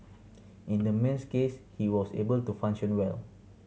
in the man's case he was able to function well